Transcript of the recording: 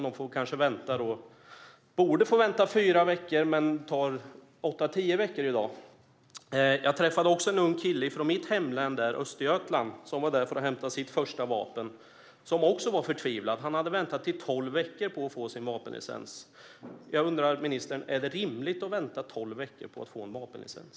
De borde bara behöva vänta fyra veckor, men det tar åtta tio veckor i dag. Jag träffade också en ung kille från mitt hemlän Östergötland som var där för att hämta sitt första vapen. Han var också förtvivlad för han hade väntat i tolv veckor på att få sin vapenlicens. Är det rimligt, ministern, att behöva vänta i tolv veckor på att få en vapenlicens?